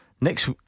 next